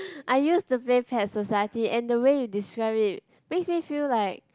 I used to play Pet Society and the way you describe it makes me feel like